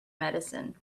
medicine